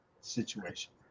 situation